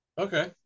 okay